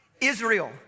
Israel